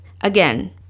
Again